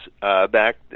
back